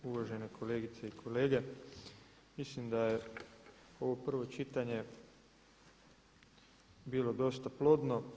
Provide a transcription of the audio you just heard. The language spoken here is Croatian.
Uvažene kolegice i kolege mislim da je ovo prvo čitanje bilo dosta plodno.